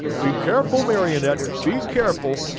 be careful, marionette, be careful!